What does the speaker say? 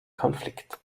konflikt